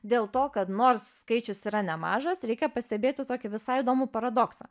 dėl to kad nors skaičius yra nemažas reikia pastebėti tokį visai įdomų paradoksą